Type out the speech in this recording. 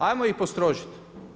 Hajmo ih postrožiti.